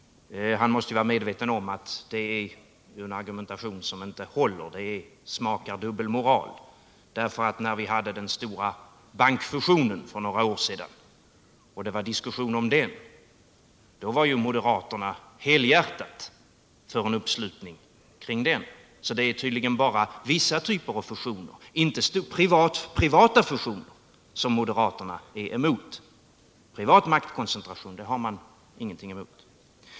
Han måste ju vara medveten om att det är en argumentation som inte håller. Den smakar dubbelmoral, därför att när vi hade den stora bankfusionen för några år sedan och förde diskussion om den, så var moderaterna helhjärtat för en uppslutning kring denna. Tydligen ärdet bara vissa typer av fusioner — inte privata fusioner — som moderaterna är emot. Privat maktkoncentration har man ingenting emot.